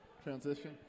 Transition